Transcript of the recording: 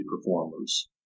performers